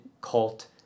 cult